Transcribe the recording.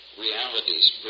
realities